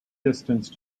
distance